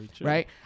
right